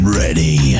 ready